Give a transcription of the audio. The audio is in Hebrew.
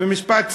משפט סיום.